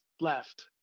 left